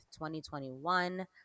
2021